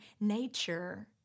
nature